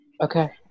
Okay